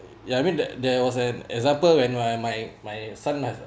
ya I mean that there was an example when my my my son lah